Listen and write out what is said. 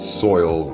soil